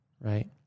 right